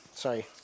Sorry